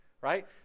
right